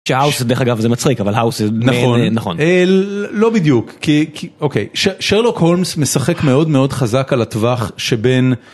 שהאוס זה דרך אגב זה מצחיק אבל האוס נכון נכון לא בדיוק כי אוקיי שרלוק הולמס משחק מאוד מאוד חזק על הטווח שבין